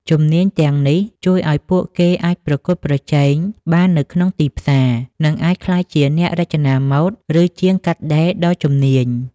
ជំនាញទាំងនេះជួយឱ្យពួកគេអាចប្រកួតប្រជែងបាននៅក្នុងទីផ្សារ និងអាចក្លាយជាអ្នករចនាម៉ូដ ឬជាងកាត់ដេរដ៏ជំនាញ។